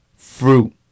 Fruit